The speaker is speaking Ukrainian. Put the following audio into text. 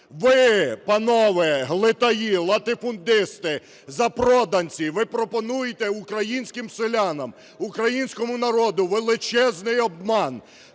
Ви, панове глитаї, латифундисти, запроданці, ви пропонуєте українським селянам, українському народу величезний обман.